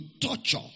torture